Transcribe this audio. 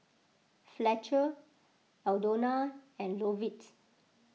Fletcher Aldona and Lovett